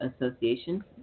Association